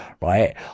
right